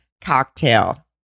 cocktail